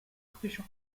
official